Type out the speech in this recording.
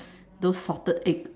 those salted egg